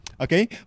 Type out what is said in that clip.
Okay